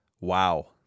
Wow